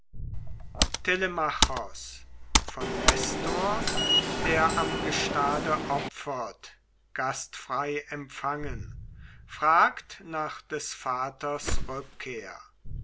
von nestor der am gestade opfert gastfrei empfangen fragt nach des vaters rückkehr